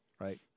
right